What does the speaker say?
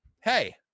hey